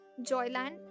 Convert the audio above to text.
Joyland